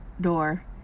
door